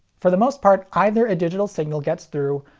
for the most part, either a digital signal gets through,